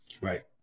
Right